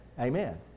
Amen